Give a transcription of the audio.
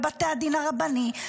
בתי הדין הרבני,